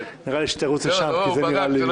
צריך לרוץ לשם.